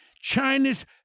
China's